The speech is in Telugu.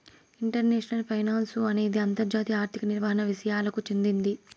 ఇంటర్నేషనల్ ఫైనాన్సు అనేది అంతర్జాతీయ ఆర్థిక నిర్వహణ విసయాలకు చెందింది